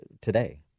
today